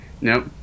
Nope